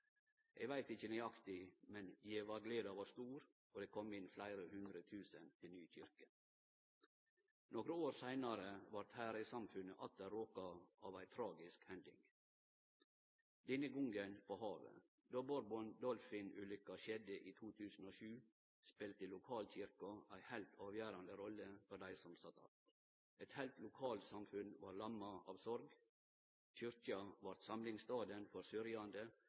Eg veit ikkje nøyaktig – men gjevargleda var stor, og det kom inn fleire hundre tusen til ny kyrkje. Nokre år seinare vart Herøy-samfunnet atter råka av ei tragisk hending. Denne gongen på havet. Då «Bourbon Dolphin»-ulykka skjedde i 2007, spelte lokalkyrkja ei heilt avgjerande rolle for dei som sat att. Eit heilt lokalsamfunn var lamma av sorg. Kyrkja vart samlingsstaden